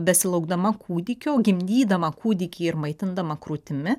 besilaukdama kūdikio gimdydama kūdikį ir maitindama krūtimi